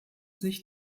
sich